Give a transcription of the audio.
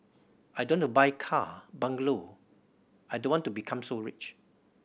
I don't to buy car bungalow I don't want to become so rich